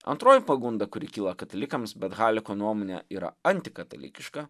antroji pagunda kuri kyla katalikams bet haliko nuomone yra antikatalikiška